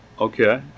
Okay